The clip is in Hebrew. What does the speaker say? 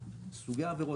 סוגי העבירות,